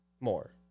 more